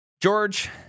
George